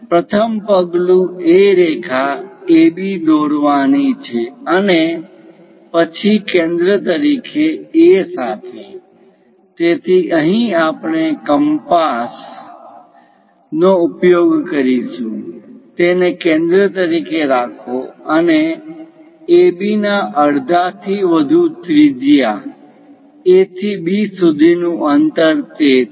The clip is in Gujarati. પ્રથમ પગલું એ રેખા AB દોરવાની છે અને પછી કેન્દ્ર તરીકે A સાથે તેથી અહીં આપણે કંપાસ compass કાગળ પર વર્તુળ દોરવાનું સાધનનો ઉપયોગ કરીશું તેને કેન્દ્ર તરીકે રાખો અને AB ના અડધાથી વધુ ત્રિજ્યા A થી B સુધીનું અંતર તે છે